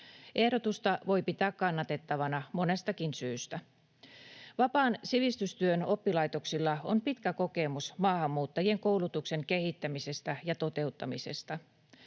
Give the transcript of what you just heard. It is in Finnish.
Ehdotusta voi pitää kannatettavana monestakin syystä. Vapaan sivistystyön oppilaitoksilla on pitkä kokemus maahanmuuttajien koulutuksen kehittämisestä ja toteuttamisesta.